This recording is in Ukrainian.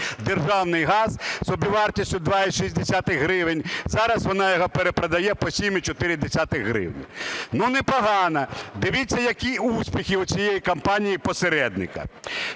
державний газ з собівартістю 2,6 гривень, зараз вона його перепродає по 7,4 гривень. Ну, непогано. Дивіться, які успіхи у цієї компанії посередника: